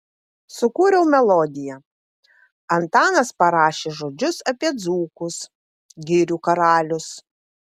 sukūriau melodiją antanas parašė žodžius apie dzūkus girių karalius